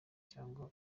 cyangwa